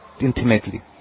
intimately